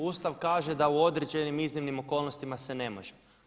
Ustav kaže da u određenim iznimnim okolnostima se ne može.